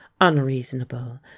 unreasonable